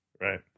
Right